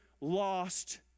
lost